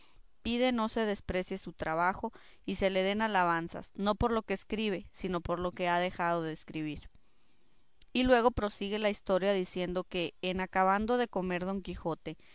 pide no se desprecie su trabajo y se le den alabanzas no por lo que escribe sino por lo que ha dejado de escribir y luego prosigue la historia diciendo que en acabando de comer don quijote